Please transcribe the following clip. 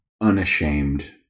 unashamed